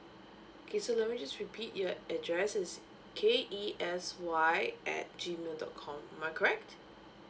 okay so let me just repeat your address is K E S Y at G mail dot com am I correct